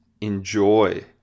enjoy